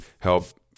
help